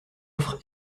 offre